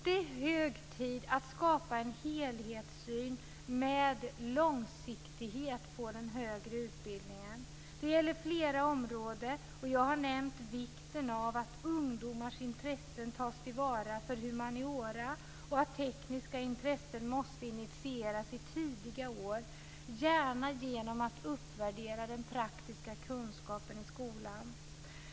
Det är hög tid att skapa en helhetssyn med långsiktighet på den högre utbildningen. Det gäller flera områden, och jag har nämnt vikten av att ungdomars intresse för humaniora tas till vara och att tekniska intressen måste initieras i tidiga år, gärna genom att man uppvärderar den praktiska kunskapen i skolan.